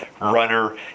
runner